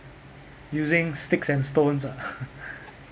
using sticks and stones ah